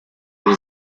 was